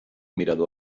mirador